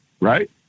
right